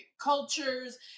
cultures